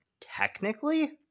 technically